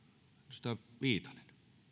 edustaja viitanen